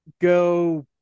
go